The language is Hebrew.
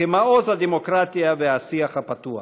וכמעוז הדמוקרטיה והשיח הפתוח,